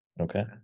Okay